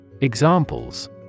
Examples